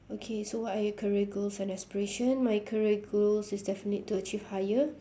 okay so what are your career goals and aspiration my career goals is definitely to achieve higher